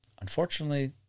Unfortunately